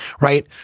right